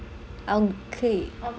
our clique